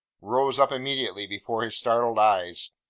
rose up immediately before his startled eyes,